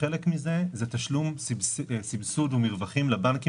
וחלק מזה זה תשלום סבסוד ומרווחים לבנקים